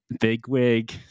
Bigwig